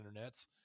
internets